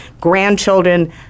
grandchildren